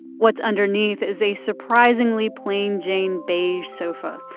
what's underneath is a surprisingly plain jane beige sofa.